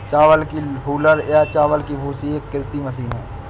चावल की हूलर या चावल की भूसी एक कृषि मशीन है